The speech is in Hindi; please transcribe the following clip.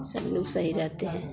सब लोग सही रहते हैं